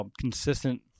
consistent